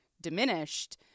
diminished